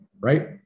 right